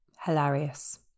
hilarious